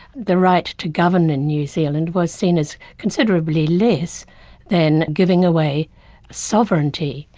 the right to govern in new zealand was seen as considerably less than giving away sovereignty.